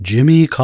Jimmy